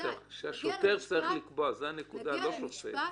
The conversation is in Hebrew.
הנקודה היא שהשוטר צריך לקבוע, לא שופט.